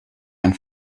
ein